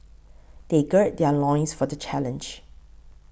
they gird their loins for the challenge